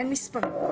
אין מספרים.